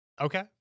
Okay